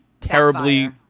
terribly